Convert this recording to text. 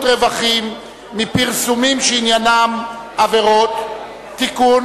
רווחים מפרסומים שעניינם עבירות (תיקון,